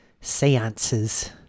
seances